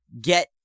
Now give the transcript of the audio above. get